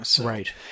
Right